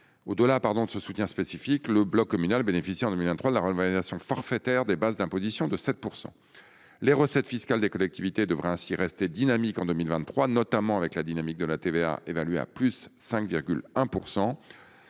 Au-delà de ce soutien spécifique, le bloc communal bénéficie en 2023 d'une revalorisation forfaitaire des bases d'imposition de 7 %. Les recettes fiscales des collectivités devraient ainsi rester dynamiques en 2023, notamment avec la hausse du produit de la TVA, évaluée à 5,1 %.